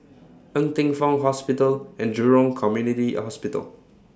Ng Teng Fong Hospital and Jurong Community Hospital